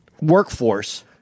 workforce